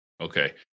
Okay